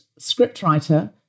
scriptwriter